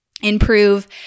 improve